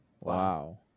wow